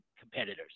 competitors